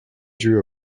drew